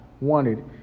wanted